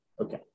Okay